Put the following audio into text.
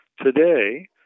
today